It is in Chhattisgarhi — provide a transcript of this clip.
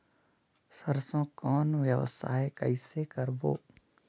सरसो कौन व्यवसाय कइसे करबो?